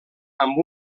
amb